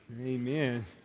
Amen